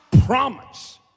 promise